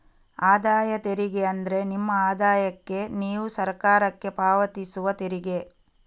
ಆದಾಯ ತೆರಿಗೆ ಅಂದ್ರೆ ನಿಮ್ಮ ಆದಾಯಕ್ಕೆ ನೀವು ಸರಕಾರಕ್ಕೆ ಪಾವತಿಸುವ ತೆರಿಗೆ